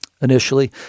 initially